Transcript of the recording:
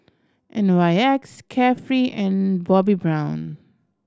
N Y X Carefree and Bobbi Brown